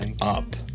up